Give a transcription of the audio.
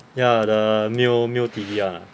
ya the Mio Mio T_V ah